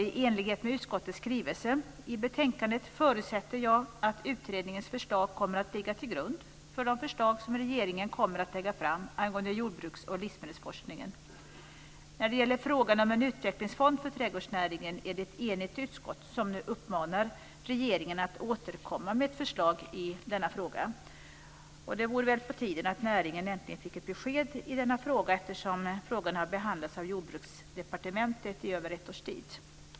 I enlighet med utskottets skrivning i betänkandet förutsätter jag att utredningens förslag kommer att ligga till grund för de förslag som regeringen kommer att lägga fram angående jordbruks och livsmedelsforskningen. När det gäller frågan om en utvecklingsfond för trädgårdsnäringen är det ett enigt utskott som nu uppmanar regeringen att återkomma med ett förslag i denna fråga. Det vore väl på tiden att näringen äntligen fick ett besked i denna fråga eftersom den har behandlats av Jordbruksdepartementet i över ett års tid.